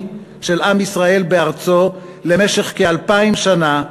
של עם ישראל בארצו למשך כאלפיים שנה,